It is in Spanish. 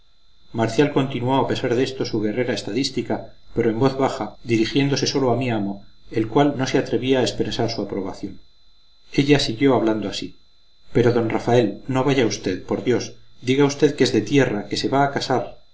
marcial continuó a pesar de esto su guerrera estadística pero en voz baja dirigiéndose sólo a mi amo el cual no se atrevía a expresar su aprobación ella siguió hablando así pero d rafael no vaya usted por dios diga usted que es de tierra que se va a casar